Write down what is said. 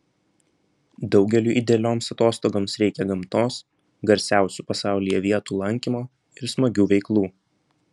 daugeliui idealioms atostogoms reikia gamtos garsiausių pasaulyje vietų lankymo ir smagių veiklų